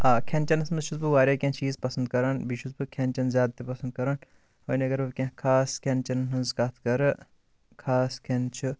آ کھٮ۪ن چینَس منٛز چھُس بہٕ واریاہ کینٛہہ چیٖز پَسَنٛد کَران بیٚیہِ چھُس بہٕ کھٮ۪ن چین زیادٕ تہِ پسنٛد کَران وۄنۍ اگر بہٕ کینٛہہ خاص کھٮ۪ن چینَن ہِنٛز کَتھ کَرٕ خاص کھٮ۪ن چھُ